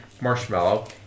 marshmallow